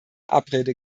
abrede